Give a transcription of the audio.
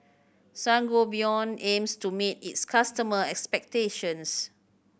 Sangobion aims to meet its customer expectations